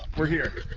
we're here.